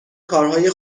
کارهای